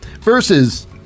versus